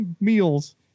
meals